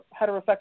heterosexual